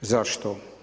Zašto?